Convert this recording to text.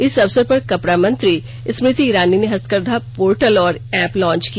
इस अवसर पर कपड़ा मंत्री स्मृति ईरानी ने हस्तकरघा पोर्टल और एप लॉन्च किया